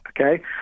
okay